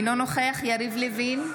אינו נוכח יריב לוין,